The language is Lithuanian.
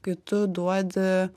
kai tu duodi